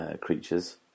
creatures